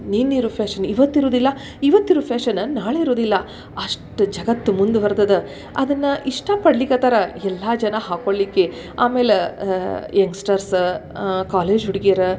ನಿನ್ನೆ ಇರೋ ಫ್ಯಾಷನ್ ಇವತ್ತು ಇರುವುದಿಲ್ಲ ಇವತ್ತು ಇರುವ ಫ್ಯಾಷನ್ನ ನಾಳೆ ಇರೋದಿಲ್ಲ ಅಷ್ಟು ಜಗತ್ತು ಮುಂದ್ವರ್ದದೆ ಅದನ್ನು ಇಷ್ಟಪಡ್ಲಿಕ್ಕತ್ತಾರ ಎಲ್ಲ ಜನ ಹಾಕ್ಕೊಳ್ಲಿಕ್ಕೆ ಆಮೇಲೆ ಯಂಗ್ಸ್ಟರ್ಸ ಕಾಲೇಜ್ ಹುಡ್ಗಿರು